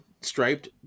striped